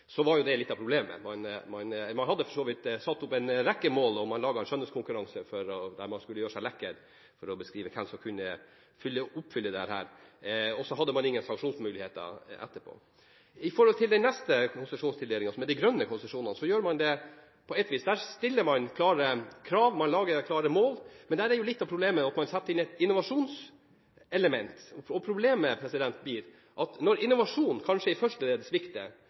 så vidt satt opp en rekke mål, og man laget en skjønnhetskonkurranse der man skulle gjøre seg lekker for å beskrive hvem som kunne oppfylle disse. Og så hadde man ingen sanksjonsmuligheter etterpå. I den neste konsesjonstildelingen, som er de grønne konsesjonene, stiller man klare krav, man lager klare mål, men der er litt av problemet at man setter inn et innovasjonselement. Problemet er når innovasjonen kanskje svikter i første leddet, og man får den sanksjonen at